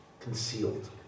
concealed